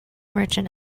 merchant